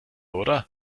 oder